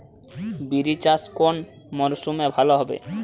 বিরি চাষ কোন মরশুমে ভালো হবে?